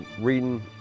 reading